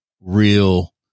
real